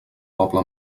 poble